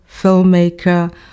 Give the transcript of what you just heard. filmmaker